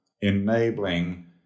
enabling